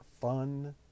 fun